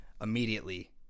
immediately